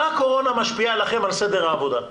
איך הקורונה משפיעה על סדר העבודה שלכם?